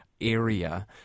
area